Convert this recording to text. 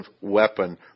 weapon